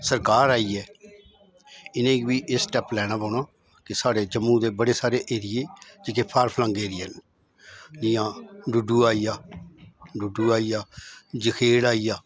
सरकार आई ऐ इ'नेंगी बी एह् स्टैप लैना पौना कि साढ़े जम्मू दे बड़े सारे ऐरिये जेह्के फार फ्लंग ऐरिये न जियां डडू आई गेआ डडू आई गेआ जखेड़ आई गेआ